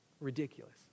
ridiculous